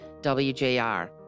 WJR